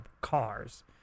cars